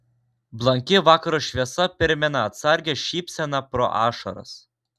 blanki vakaro šviesa primena atsargią šypseną pro ašaras